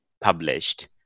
published